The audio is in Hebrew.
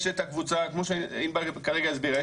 כמו שענבל כרגע הסבירה,